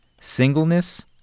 singleness